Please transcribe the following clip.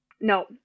No